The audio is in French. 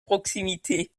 proximité